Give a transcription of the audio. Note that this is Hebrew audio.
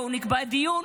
בואו נקבע דיון,